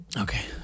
Okay